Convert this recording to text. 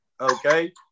Okay